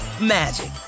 magic